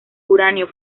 uranio